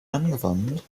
angewandt